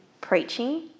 preaching